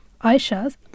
Aisha's